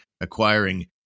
acquiring